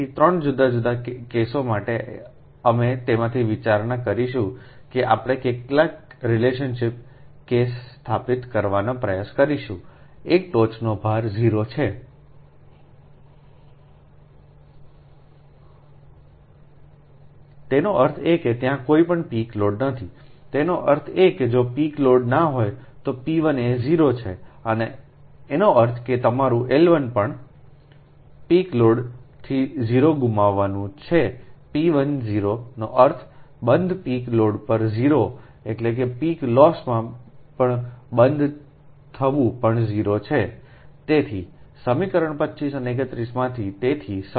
તેથી 3 જુદા જુદા કેસો માટે અમે તેમાંથી વિચારણા કરીશું કે આપણે કેટલાક રિલેશનશિપ કેસ સ્થાપિત કરવાનો પ્રયાસ કરીશું એક ટોચનો ભાર 0 છેતેનો અર્થ એ કે ત્યાં કોઈ પીક લોડ નથીતેનો અર્થ એ કે જો પીક લોડ ના હોય તો p 1 એ 0 છેએનો અર્થ એ કે તમારું L 1 પણ પીક લોડથી 0 ગુમાવવું છે p 1 0 નો અર્થ બંધ પીક લોડ પર 0 એટલે કે પીક લોસથી બંધ થવું પણ 0 છે તેથી સમીકરણ 25 અને 31 માંથી